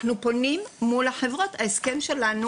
אנחנו פונים אל החברות כי ההסכם שלנו